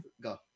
go